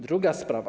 Druga sprawa.